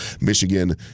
Michigan